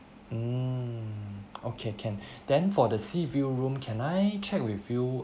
mm okay can then for the sea view room can I check with you